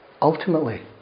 ultimately